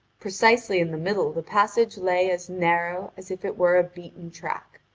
precisely in the middle the passage lay as narrow as if it were a beaten track.